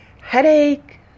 headache